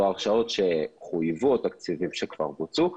הרשאות שחויבו או תקציבים שכבר בוצעו.